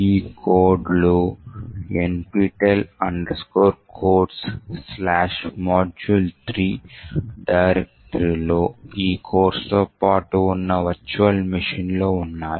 ఈ కోడ్ లు nptel codesmodule3 డైరెక్టరీలో ఈ కోర్సుతో పాటు ఉన్న వర్చువల్ మెషీన్లో ఉన్నాయి